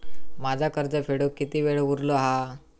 माझा कर्ज फेडुक किती वेळ उरलो हा?